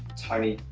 tiny.